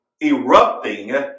erupting